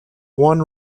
one